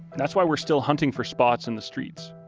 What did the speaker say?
that's why we're still hunting for spots in the streets.